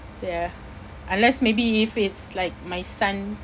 ya unless maybe if it's like my son